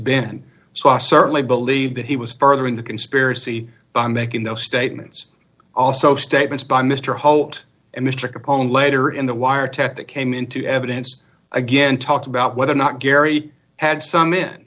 i certainly believe that he was further in the conspiracy making those statements also statements by mr holt and mr capone later in the wiretap that came into evidence again talk about whether or not gary had some in